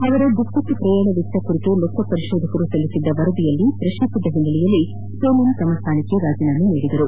ಅವರ ದುಪ್ಟಟ್ಟು ಪ್ರಯಾಣ ವೆಚ್ಚ ಕುರಿತು ಲೆಕ್ಕ ಪರಿಶೋಧಕರು ಸಲ್ಲಿಸಿದ್ದ ವರದಿಯಲ್ಲಿ ಪ್ರಶ್ನಿಸಿದ್ದ ಹಿನ್ನೆಲೆಯಲ್ಲಿ ಸೊಲ್ಜೀಮ್ ತಮ್ಮ ಸ್ಥಾನಕ್ಕೆ ರಾಜೀನಾಮೆ ಸಲ್ಲಿಸಿದರು